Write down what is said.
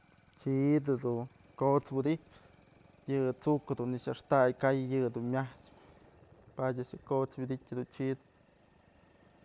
Chid jedun kot's wydyjpë yë t'suk dun nëkxë yaxtaykay yëdun myachpë padyë yëdun kot's widytë yë chid.